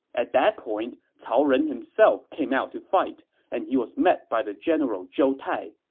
at that point, cao ren himself came out to fight, and he was met by the general zhou tai.